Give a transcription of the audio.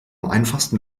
einfachsten